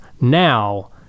now